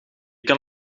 kan